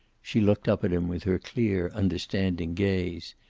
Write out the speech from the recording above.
she looked up at him with her clear, understanding gaze.